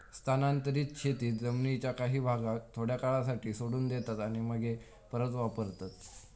स्थानांतरीत शेतीत जमीनीच्या काही भागाक थोड्या काळासाठी सोडून देतात आणि मगे परत वापरतत